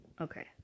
Okay